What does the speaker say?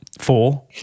Four